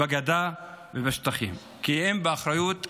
בגדה ובשטחים, כי הם באחריות שלה,